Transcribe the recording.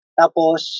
tapos